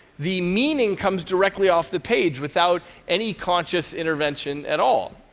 the meaning comes directly off the page without any conscious intervention at all.